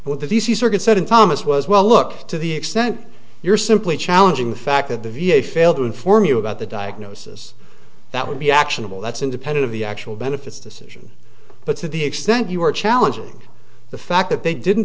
what the d c circuit said and thomas was well look to the extent you're simply challenging the fact that the v a failed to inform you about the diagnosis that would be actionable that's independent of the actual benefits decision but to the extent you were challenging the fact that they didn't